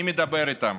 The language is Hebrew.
אני מדבר איתם.